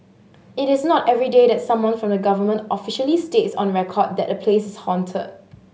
it is not everyday that someone from the government officially states on record that a place is haunted